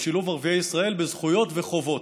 לשילוב ערביי ישראל בזכויות וחובות.